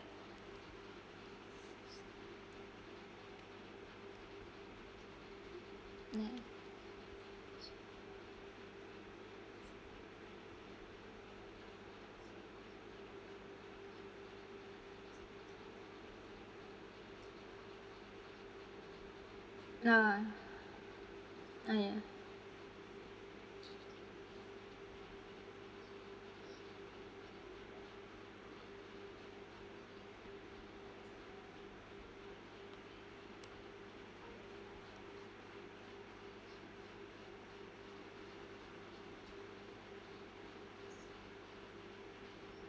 ya nah ah ya